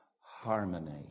harmony